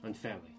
Unfairly